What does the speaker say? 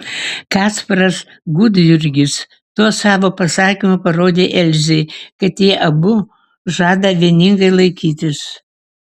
kasparas gudjurgis tuo savo pasakymu parodė elzei kad jie abu žada vieningai laikytis